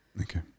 Okay